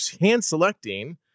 hand-selecting